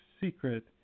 secret